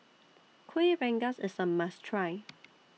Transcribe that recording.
Kuih Rengas IS A must Try